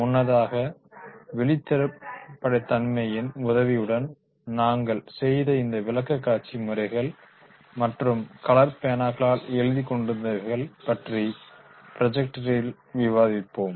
முன்னதாக வெளிப்படைத்தன்மையின் உதவியுடன் நாங்கள் செய்த இந்த விளக்க காட்சிமுறைகள் மற்றும் கலர் பேனாக்களால் எழுதிக்கொண்டிருந்தவைகள் பற்றி ப்ரொஜெக்டரில் விவாதிப்போம்